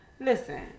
Listen